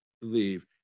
believe